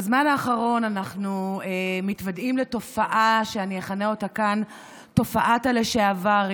בזמן האחרון אנחנו מתוודעים לתופעה שאני אכנה אותה כאן תופעת ה"לשעברים"